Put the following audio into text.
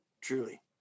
truly